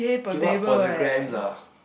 eh what for the grams ah